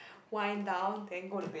wind down then go to bed